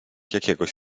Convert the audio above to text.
jakiegoś